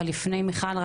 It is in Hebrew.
אבל לפני מיכל,